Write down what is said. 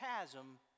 chasm